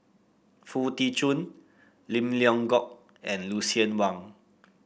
Foo Tee Jun Lim Leong Geok and Lucien Wang